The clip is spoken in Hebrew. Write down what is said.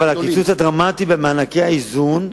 אבל הקיצוץ הדרמטי במענקי האיזון,